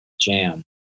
jam